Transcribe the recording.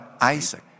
Isaac